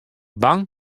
bang